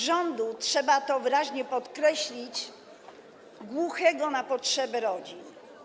Rządu - trzeba to wyraźnie podkreślić - głuchego na potrzeby rodzin.